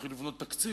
להתחיל לבנות תקציב.